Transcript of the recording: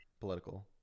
Political